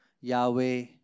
Yahweh